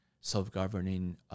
self-governing